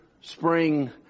spring